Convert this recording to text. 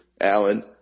Alan